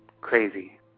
crazy